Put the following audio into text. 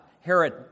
Herod